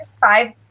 five